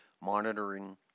Monitoring